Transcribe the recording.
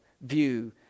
view